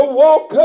walk